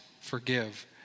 forgive